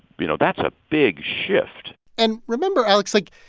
you know, that's a big shift and remember, alex, like,